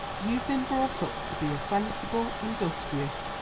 you've been brought up to be a sensible, industrious,